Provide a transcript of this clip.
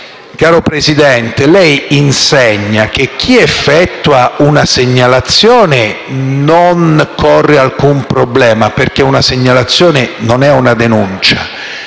caro Presidente, lei insegna che chi effettua una segnalazione non corre alcun problema, perché una segnalazione non è una denuncia,